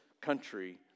country